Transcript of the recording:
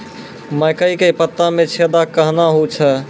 मकई के पत्ता मे छेदा कहना हु छ?